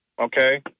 Okay